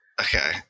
Okay